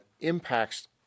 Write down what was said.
impacts